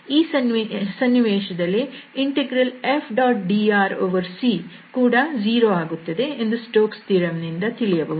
ಈ ಸನ್ನಿವೇಶದಲ್ಲಿ CF⋅dr ಕೂಡ 0 ಆಗುತ್ತದೆ ಎಂದು ಸ್ಟೋಕ್ಸ್ ಥಿಯರಂ Stoke's Theorem ನಿಂದ ತಿಳಿಯಬಹುದು